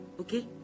Okay